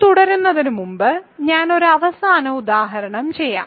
നമ്മൾ തുടരുന്നതിനുമുമ്പ് ഞാൻ ഒരു അവസാന ഉദാഹരണം ചെയ്യും